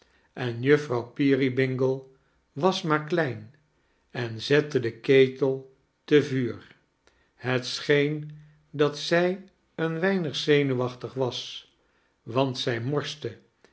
en juffrouw peerybingle was maar klein en zette den ketel te vuur het scheen dat zij een weinig zenuwachtig was want zij morste